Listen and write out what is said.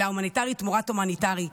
אלא הומניטרי תמורת הומניטרי,